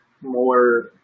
more